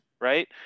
right